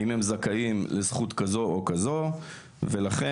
האם הם זכאים לזכות כזו או כזו ולכן